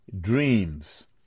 dreams